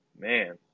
Man